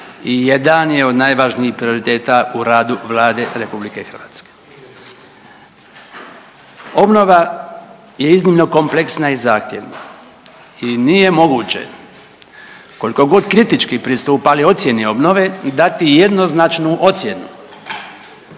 i jedan je od najvažnijih prioriteta u radu Vlade RH. Obnova je iznimno kompleksna i zahtjevna i nije moguće koliko god kritički pristupali ocjeni obnove dati jednoznačnu ocjenu